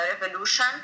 revolution